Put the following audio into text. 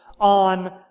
on